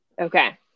Okay